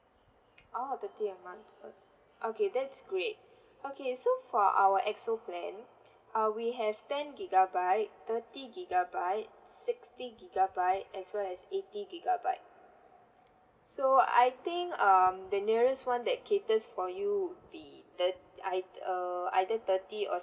oh thirty a month okay that's great okay so for our X O plan uh we have ten gigabyte thirty gigabyte sixty gigabyte as well as eighty gigabyte so I think um the nearest one that caters for you would be the ei~ err either thirty or